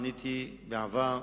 עניתי בעבר,